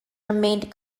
remained